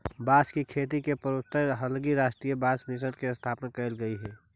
बाँस के खेती के प्रोत्साहन हलगी राष्ट्रीय बाँस मिशन के स्थापना कैल गेल हइ